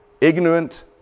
ignorant